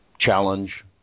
challenge